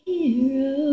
Hero